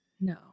No